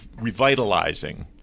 revitalizing